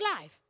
life